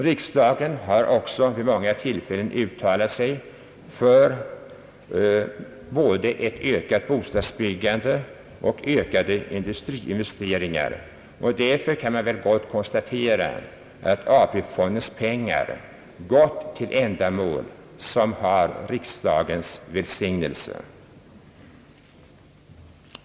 Riksdagen har också vid många tillfällen uttalat sig för både ett ökat bostadsbyggande och ökade industriinvesteringar. Därför kan man väl gott konstatera att AP-fondens pengar gått till ändamål som har riksdagens välsignelse.